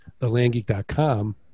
thelandgeek.com